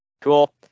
cool